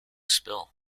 spill